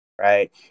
right